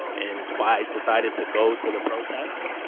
and it's why i decided to go to the protest.